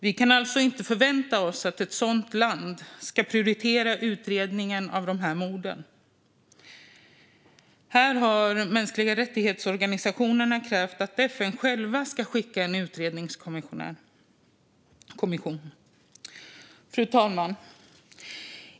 Vi kan alltså inte förvänta oss att ett sådant land ska prioritera utredningen av morden. Här har organisationer för mänskliga rättigheter krävt att FN självt ska skicka en utredningskommission. Fru talman!